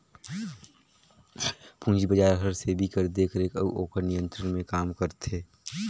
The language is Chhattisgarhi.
पूंजी बजार हर सेबी कर देखरेख अउ ओकर नियंत्रन में काम करथे